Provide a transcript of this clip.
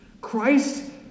Christ